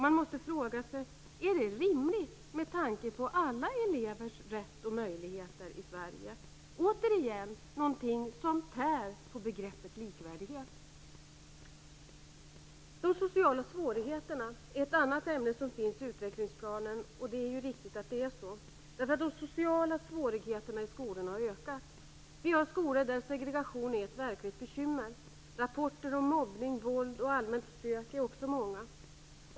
Man måste fråga sig: Är det rimligt, med tanke på att alla elever i Sverige skall ha den här rätten och möjligheten? Detta är, återigen, någonting som tär på begreppet likvärdighet. De sociala svårigheterna är ett annat ämne som finns i utvecklingsplanen. Det är riktigt att det är så, eftersom de sociala svårigheterna i skolorna har ökat. Vi har skolor där segregationen är ett verkligt bekymmer. Rapporterna om mobbning, våld och allmänt stök är också många.